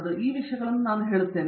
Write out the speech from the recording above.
ಆದ್ದರಿಂದ ಈ ವಿಷಯಗಳನ್ನು ನಾನು ಹೇಳುತ್ತೇನೆ